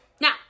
now